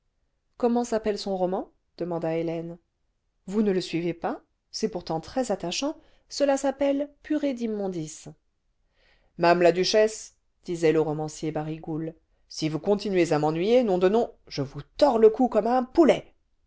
comment s'appelle son roman demanda hélène vous ne le suivez pas c'est pourtant très attachant cela s'appelle purée d'immondices marne la duchesse disait le romancier barigoul si vous conti nuez à m'ennuyer nom de nom je vous tords le cou comme à un pouci